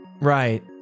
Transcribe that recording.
Right